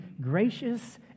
gracious